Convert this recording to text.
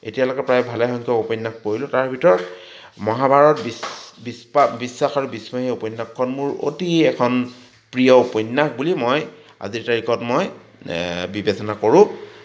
এতিয়ালৈকে ভালেসংখ্যক উপন্যাস পঢ়িলোঁ তাৰে ভিতৰত মহাভাৰত বিশ্বাস আৰু বিস্ময় এই উপন্যাসখন মোৰ অতি এখন প্ৰিয় উপন্যাস বুলি মই আজিৰ তাৰিখত মই বিবেচনা কৰোঁ